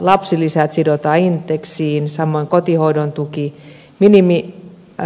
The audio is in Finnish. lapsilisät sidotaan indeksiin samoin kotihoidon tuki